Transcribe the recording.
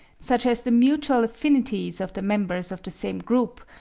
such as the mutual affinities of the members of the same group,